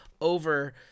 over